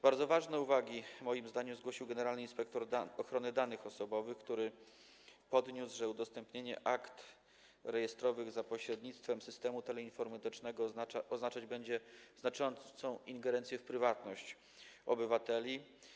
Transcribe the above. Bardzo ważne uwagi, moim zdaniem, zgłosił generalny inspektor ochrony danych osobowych, który podniósł, że udostępnienie akt rejestrowych za pośrednictwem systemu teleinformatycznego oznaczać będzie znaczącą ingerencję w prywatność obywateli.